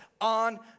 on